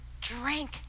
drink